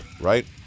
right